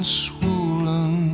swollen